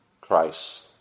Christ